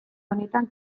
honetan